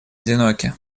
одиноки